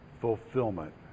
fulfillment